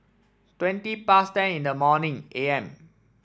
twenty past ten in the morning A M